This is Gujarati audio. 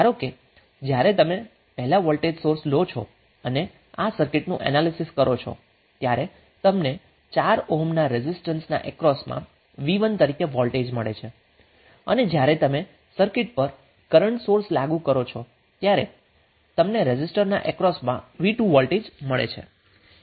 ધારો કે જ્યારે તમે પહેલા વોલ્ટેજ સોર્સ લો છો અને આ સર્કિટનું એનાલીસીસ કરો છો ત્યારે તમને 4 ઓહ્મ રેઝિસ્ટરના અક્રોસમા v1 તરીકે વોલ્ટેજ મળે છે જ્યારે તમે સર્કિટ પર કરન્ટ સોર્સ લાગુ કરો છો ત્યારે તમને રેઝિસ્ટરના અક્રોસમા v2 વોલ્ટેજ મળે છે